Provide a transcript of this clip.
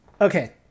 Okay